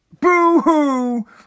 Boo-hoo